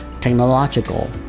technological